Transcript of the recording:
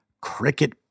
cricket